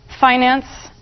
finance